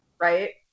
Right